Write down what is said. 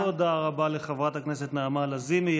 תודה רבה לחברת הכנסת נעמה לזימי.